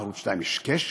בערוץ 2 יש "קשת",